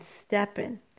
stepping